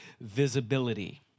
visibility